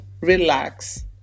relax